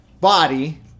Body